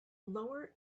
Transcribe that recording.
lower